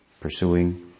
pursuing